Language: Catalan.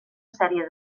sèrie